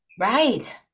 Right